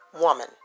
woman